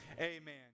Amen